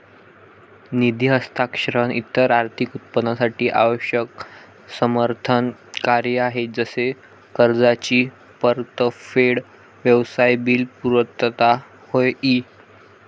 निधी हस्तांतरण इतर आर्थिक उत्पादनांसाठी आवश्यक समर्थन कार्य आहे जसे कर्जाची परतफेड, व्यवसाय बिल पुर्तता होय ई